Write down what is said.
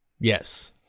Yes